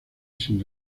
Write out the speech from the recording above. sin